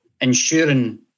ensuring